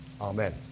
Amen